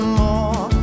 more